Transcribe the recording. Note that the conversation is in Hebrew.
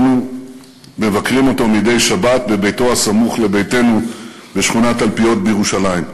היינו מבקרים אותו מדי שבת בביתו הסמוך לביתנו בשכונת תלפיות בירושלים.